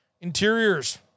interiors